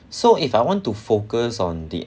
so if I want to focus on the